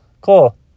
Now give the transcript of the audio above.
cool